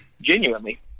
genuinely